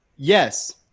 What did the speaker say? Yes